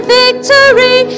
victory